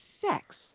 sex